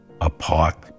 apart